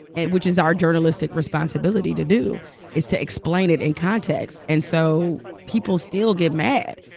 and which is our journalistic responsibility to do is to explain it in context. and so people still get mad,